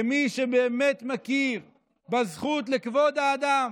כמי שבאמת מכיר בזכות לכבוד האדם,